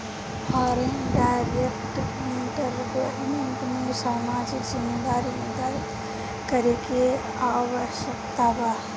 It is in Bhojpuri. फॉरेन डायरेक्ट इन्वेस्टमेंट में सामाजिक जिम्मेदारी निरधारित करे के आवस्यकता बा